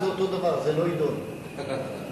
יעקב כץ לוועדת החוץ והביטחון נתקבלה.